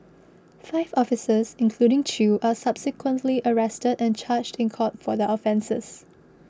five officers including Chew are subsequently arrested and charged in court for their offences